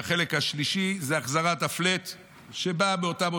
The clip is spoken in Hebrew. והחלק השלישי זה החזרת הפלאט שבאה באותן הוצאות.